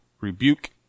rebuke